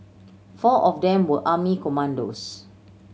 four of them were army commandos